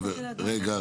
ברשותו של אדוני --- רגע,